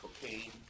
cocaine